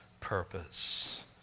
purpose